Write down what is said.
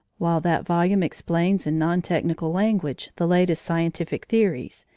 while that volume explains, in non-technical language, the latest scientific theories,